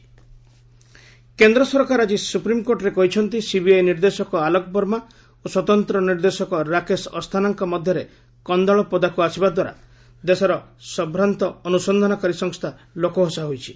SC CBI କେନ୍ଦ୍ର ସରକାର ଆଜି ସୁପ୍ରିମକୋର୍ଟରେ କହିଛନ୍ତି ସିବିଆଇ ନିର୍ଦ୍ଦେଶକ ଆଲୋକବର୍ମା ଓ ସ୍ୱତନ୍ତ୍ର ନିର୍ଦ୍ଦେଶ ରାକେଶ ଅସ୍ତାନାଙ୍କ ମଧ୍ୟରେ କନ୍ଦଳ ପଦାକୁ ଆସିବା ଦ୍ୱାରା ଦେଶର ସମ୍ଭ୍ରାନ୍ତ ଅନୁସନ୍ଧାନକାରୀ ସଂସ୍ଥା ଲୋକହସା ହୋଇଛି